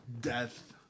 death